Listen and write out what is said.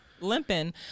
Limping